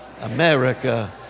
America